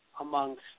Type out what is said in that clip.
amongst